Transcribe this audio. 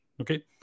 Okay